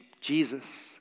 Jesus